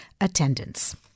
attendance